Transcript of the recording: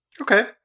Okay